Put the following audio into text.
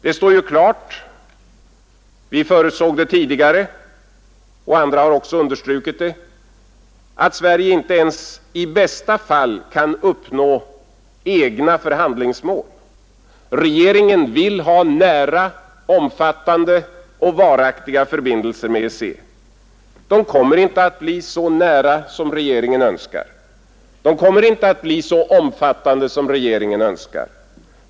Det står klart — vi förutsåg det tidigare, och andra har också understrukit det — att Sverige inte ens i bästa fall kan uppnå egna förhandlingsmål. Regeringen vill ha nära, omfattande och varaktiga förbindelser med EEC. De kommer inte att bli så nära som regeringen önskar. De kommer inte att bli så omfattande som regeringen önskar.